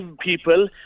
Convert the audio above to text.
people